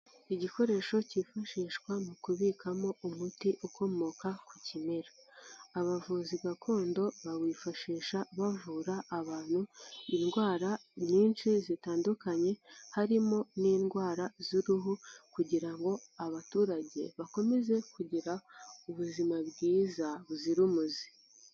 Igikoresho kifashishwa mu kubikamo umuti ukomoka ku kimera, abavuzi gakondo bawifashisha bavura abantu indwara nyinshi zitandukanye, harimo n'indwara z'uruhu kugira ngo abaturage bakomeze kugira ubuzima bwiza buzira umuze.